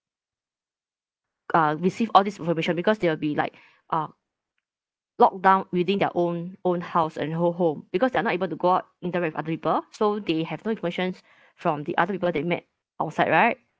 uh receive all this information because they will be like uh locked down within their own own house and own home because they are not able to go out interact with other people so they have no informations from the other people they met outside right